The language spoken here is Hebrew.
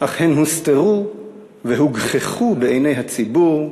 אך הן הוסתרו והוגחכו בעיני הציבור.